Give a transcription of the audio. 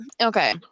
okay